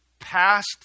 past